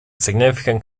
significant